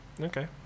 Okay